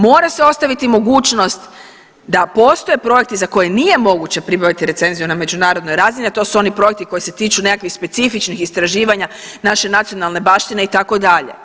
Mora se ostaviti mogućnost da postoje projekti za koje nije moguće pribaviti recenziju na međunarodnoj razini, a to su oni projekti koji se tiču nekakvih specifičnih naše nacionalne baštine, itd.